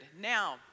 Now